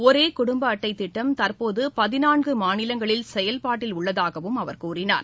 ஒரே குடும்ப அட்டை திட்டம் தற்போது பதினான்கு மாநிலங்களில் செயல்பாட்டில் உள்ளதாகவும் அவர் கூறினார்